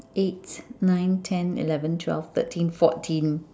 eight nine ten eleven twelve thirteen fourteen